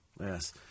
Yes